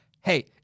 Hey